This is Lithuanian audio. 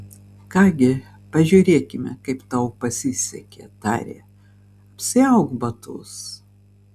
ką gi pažiūrėkime kaip tau pasisekė tarė apsiauk batus